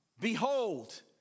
Behold